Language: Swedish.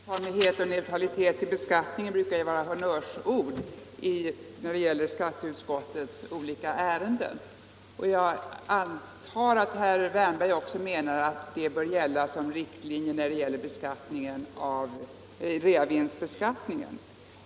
Herr talman! Likformighet och neutralitet i beskattningen brukar vara honnörsord i skatteutskottets olika ärenden. Jag antar att herr Wärnberg menar att de bör vara riktlinjer också när det gäller realisationsvinstbeskattningen.